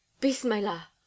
Bismillah